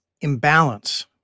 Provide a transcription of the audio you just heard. imbalance